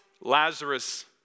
Lazarus